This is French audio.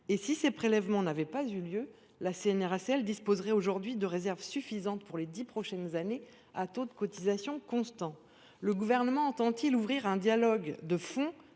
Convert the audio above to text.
Sans ces prélèvements répétés, la CNRACL disposerait de réserves suffisantes pour les dix prochaines années, à taux de cotisations constants. Le Gouvernement entend il ouvrir un dialogue de fond